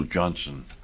Johnson